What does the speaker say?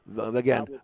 Again